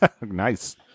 Nice